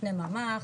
שני ממ"ח,